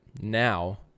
now